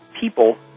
people